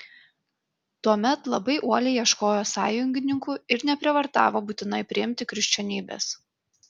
tuomet labai uoliai ieškojo sąjungininkų ir neprievartavo būtinai priimti krikščionybės